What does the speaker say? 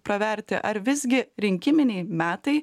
praverti ar visgi rinkiminiai metai